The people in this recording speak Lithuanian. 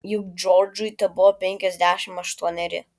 juk džordžui tebuvo penkiasdešimt aštuoneri